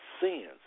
sins